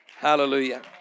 Hallelujah